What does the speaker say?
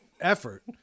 effort